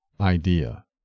idea